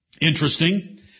Interesting